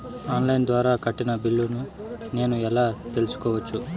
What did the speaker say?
On line ద్వారా కట్టిన బిల్లును నేను ఎలా తెలుసుకోవచ్చు?